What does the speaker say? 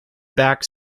back